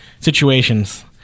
situations